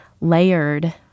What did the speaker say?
layered